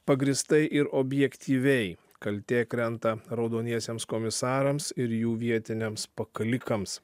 pagrįstai ir objektyviai kaltė krenta raudoniesiems komisarams ir jų vietiniams pakalikams